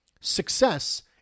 Success